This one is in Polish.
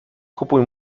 kupuj